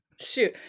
Shoot